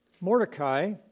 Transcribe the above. mordecai